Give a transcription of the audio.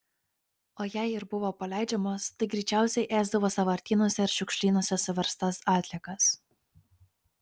o jei ir buvo paleidžiamos tai greičiausiai ėsdavo sąvartynuose ir šiukšlynuose suverstas atliekas